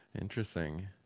Interesting